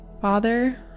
Father